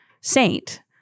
saint